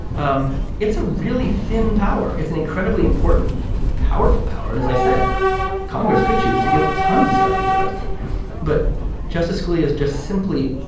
um it's a really thin power. it's an incredibly important powerful power and as i said congress could choose to give tons of stuff to the president but justice scalia is just simply